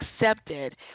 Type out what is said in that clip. accepted